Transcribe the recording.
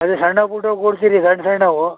ಅದೇ ಸಣ್ಣ ಪುಟ್ಟವು ಕೊಡ್ತೀರಿ ಸಣ್ಣ ಸಣ್ಣವು